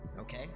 okay